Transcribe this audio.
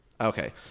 Okay